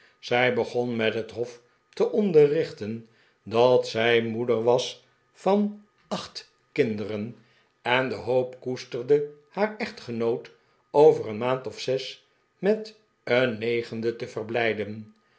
zij begon met het hof te onderrichten dat zij moeder was van acht en de hoop koesterde haar echtgenoot over een maand of zes met een negende te verblijden